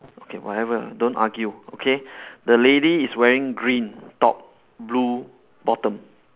okay whatever don't argue okay the lady is wearing green top blue bottom